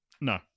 No